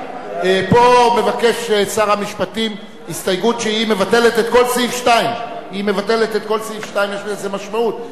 פה מבקש שר המשפטים הסתייגות שמבטלת את כל סעיף 2. יש לזה משמעות,